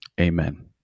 Amen